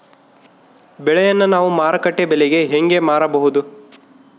ಬೆಳೆಯನ್ನ ನಾವು ಮಾರುಕಟ್ಟೆ ಬೆಲೆಗೆ ಹೆಂಗೆ ಮಾರಬಹುದು?